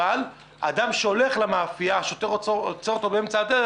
אבל האדם שהולך למאפייה השוטר עוצר אותו בדרך.